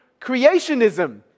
creationism